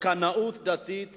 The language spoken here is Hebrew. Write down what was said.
וקנאות דתית